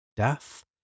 Death